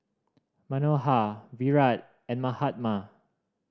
Manohar Virat and Mahatma